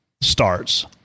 starts